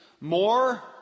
more